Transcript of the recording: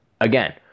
Again